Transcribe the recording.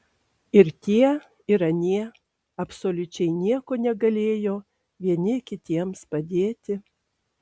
ir tie ir anie absoliučiai nieko negalėjo vieni kitiems padėti